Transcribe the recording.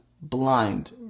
blind